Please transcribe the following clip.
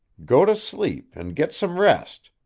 go to sleep and git some rest.